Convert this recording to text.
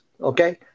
okay